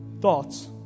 thoughts